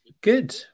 good